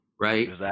Right